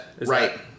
right